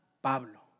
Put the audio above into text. Pablo